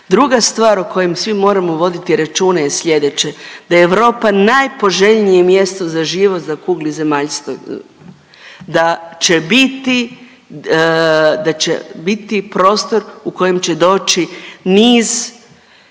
Druga stvar o kojem svi moramo voditi računa je slijedeće, da je Europa najpoželjnije mjesto za život na kugli zemaljskoj, da će biti, da će biti prostor u kojem će doći niz